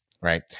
right